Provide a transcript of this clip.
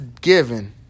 given